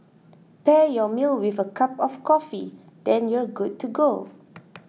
pair your meal with a cup of coffee then you're good to go